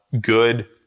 good